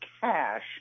cash